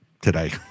today